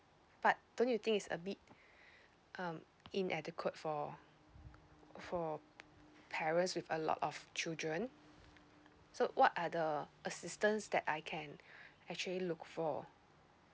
but don't you think it's a bit um inadequate for for parents with a lot of children so what are the assistance that I can actually look for